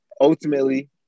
ultimately –